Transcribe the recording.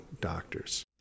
doctors